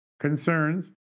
concerns